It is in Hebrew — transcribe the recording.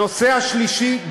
הנושא השלישי,